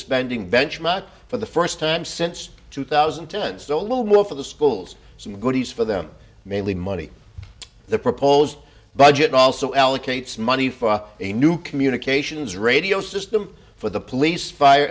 spending benchmark for the first time since two thousand and ten so a little more for the schools some goodies for them mainly money the proposed budget also allocates money for a new communications radio system for the police fire